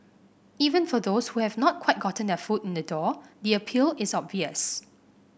even for those who have not quite gotten their foot in the door the appeal is obvious